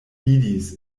vidis